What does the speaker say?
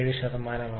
17